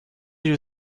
you